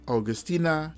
Augustina